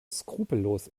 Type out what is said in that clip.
skrupellos